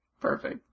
Perfect